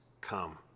come